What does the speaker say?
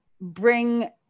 Bring